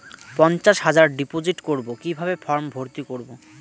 পঞ্চাশ হাজার ডিপোজিট করবো কিভাবে ফর্ম ভর্তি করবো?